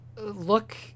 Look